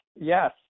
Yes